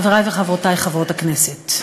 חברי וחברותי חברות הכנסת,